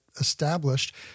established